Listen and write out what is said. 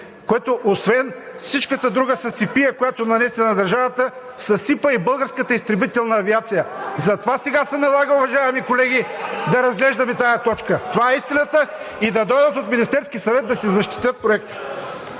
което освен всичката друга съсипия, която нанесе на държавата, съсипа и българската изтребителна авиация. Затова сега се налага, уважаеми колеги, да разглеждаме тази точка. Това е истината. И да дойдат от Министерския съвет да си защитят Проекта.